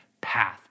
path